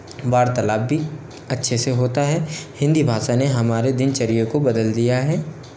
वार्तालाब भी अच्छे से होता है हिंदी भाषा ने हमारी दिनचर्या को बदल दिया है